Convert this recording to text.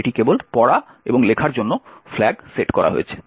এটি কেবল পড়া এবং লেখার জন্য ফ্ল্যাগ সেট করা হয়েছে